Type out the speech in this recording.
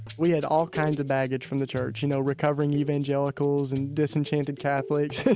we had all kinds of baggage from the church. you know, recovering evangelicals and disenchanted catholics,